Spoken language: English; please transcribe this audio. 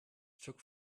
took